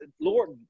Lord